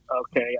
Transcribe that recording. okay